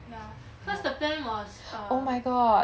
ya cause what's the plan was err